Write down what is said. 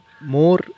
more